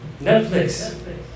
Netflix